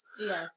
Yes